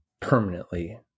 permanently